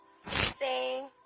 stay